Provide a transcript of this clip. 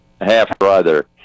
half-brother